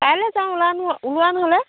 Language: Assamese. কাইলৈ যাম ওলানো অঁ ওলোৱা ন'হলে